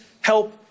help